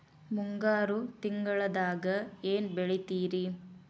ಮುಂಗಾರು ತಿಂಗಳದಾಗ ಏನ್ ಬೆಳಿತಿರಿ?